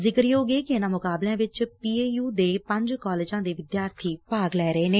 ਜ਼ਿਕਰਯੋਗ ਏ ਕਿ ਇਨ੍ਹਾਂ ਮੁਕਾਬਲਿਆਂ ਵਿੱਚ ਪੀਏਯੁ ਦੇ ਪੰਜ ਕਾਲਜਾਂ ਦੇ ਵਿਦਿਆਰਥੀ ਭਾਗ ਲੈ ਰਹੇ ਨੇ